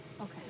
Okay